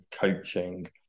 coaching